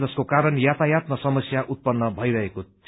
जसको कारण यातायातमा समस्या उत्पन्न भैरहेको थियो